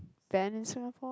banned in Singapore